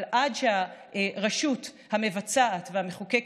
אבל עד שהרשות המבצעת והמחוקקת,